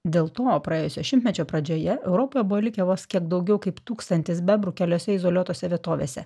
dėl to praėjusio šimtmečio pradžioje europoje buvo likę vos kiek daugiau kaip tūkstantis bebrų keliose izoliuotose vietovėse